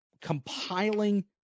compiling